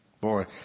Boy